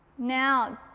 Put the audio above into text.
now,